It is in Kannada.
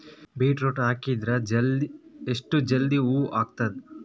ಬೀಟರೊಟ ಹಾಕಿದರ ಎಷ್ಟ ಜಲ್ದಿ ಹೂವ ಆಗತದ?